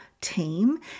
team